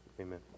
Amen